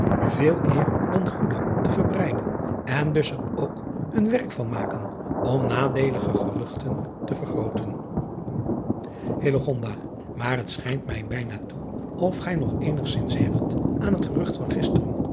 veeleer dan goede te verbreiden en dus er ook hun werk van maken om nadeelige geruchten te vergrooten aar het schijnt mij bijna toe of gij nog eenigzins hecht aan het gerucht van gisteren